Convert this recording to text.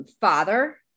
father